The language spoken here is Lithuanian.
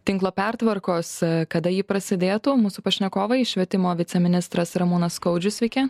tinklo pertvarkos kada ji prasidėtų mūsų pašnekovai švietimo viceministras ramūnas skaudžius sveiki